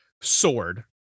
sword